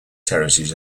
terraces